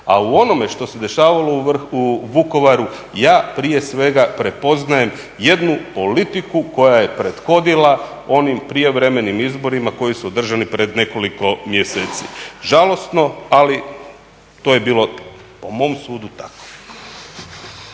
A u onome što se dešavalo u Vukovaru ja prije svega prepoznajem jednu politiku koja je prethodila onim prijevremenim izborima koji su održani pred nekoliko mjeseci. Žalosno ali to je bilo po mom sudu tako.